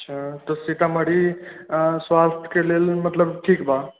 अच्छा तऽ सीतामढ़ी अऽ स्वास्थ के लेल मतलब ठीक बा